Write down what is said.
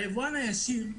היבואן הישיר,